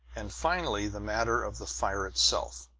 and finally the matter of the fire itself,